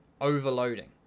overloading